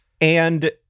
And-